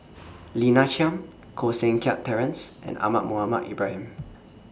Lina Chiam Koh Seng Kiat Terence and Ahmad Mohamed Ibrahim